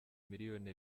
miliyoni